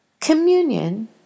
Communion